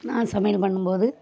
நான் சமையல் பண்ணும் போது